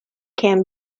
can